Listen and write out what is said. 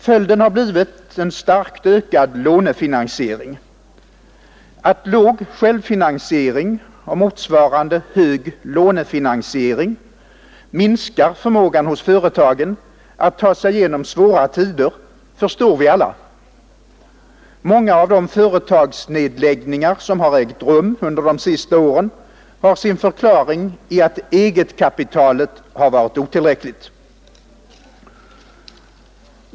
Följden har blivit en starkt ökad lånefinansiering. Att låg självfinansiering, motsvarande hög lånefinansiering, minskar förmågan hos företagen att ta sig igenom svåra tider förstår vi alla. Många av de företagsnedläggningar som ägt rum under de senaste åren har sin förklaring i att egetkapitalet varit otillräckligt.